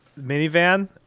Minivan